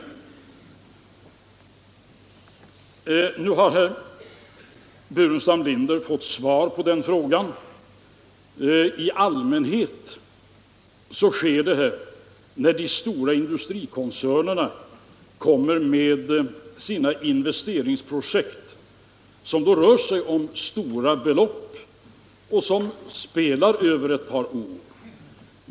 — Nu har herr Burenstam Linder fått svar på den frågan. I allmänhet sker detta när de stora industrikoncernerna kommer med sina investeringsprojekt, som då rör sig om väldiga belopp och som spelar över ett par år.